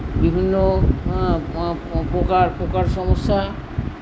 বিভিন্ন প্রকার পোকার সমস্যা